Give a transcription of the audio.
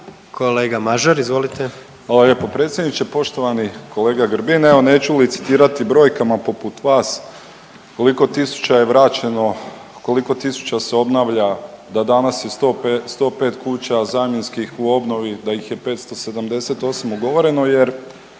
Hvala lijepo predsjedniče. Poštovani kolega Grbin, evo neću licitirati brojkama poput vas koliko tisuća je vraćeno, koliko tisuća se obnavlja, da danas je 105 kuća zamjenskih u obnovi, da ih je 578 ugovoreno jer